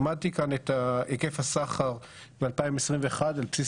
אמדתי כאן את היקף הסחר ב-2021 על בסיס